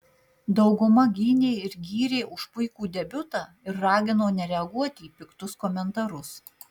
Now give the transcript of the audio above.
dauguma gynė ir gyrė už puikų debiutą ir ragino nereaguoti į piktus komentarus